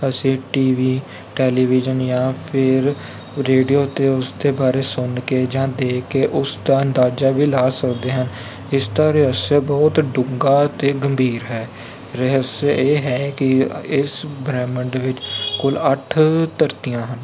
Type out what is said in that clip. ਅਸੀਂ T V television ਜਾਂ ਫੇਰ ਰੇਡੀਓ 'ਤੇ ਉਸਦੇ ਬਾਰੇ ਸੁਣ ਕੇ ਜਾਂ ਦੇਖ ਕੇ ਉਸਦਾ ਅੰਦਾਜ਼ਾ ਵੀ ਲਾ ਸਕਦੇ ਹਨ ਇਸਦਾ ਰਹੱਸ ਬਹੁਤ ਡੂੰਘਾ ਅਤੇ ਗੰਭੀਰ ਹੈ ਰਹੱਸ ਇਹ ਹੈ ਕਿ ਇਸ ਬ੍ਰਹਿਮੰਡ ਵਿੱਚ ਕੁੱਲ ਅੱਠ ਧਰਤੀਆਂ ਹਨ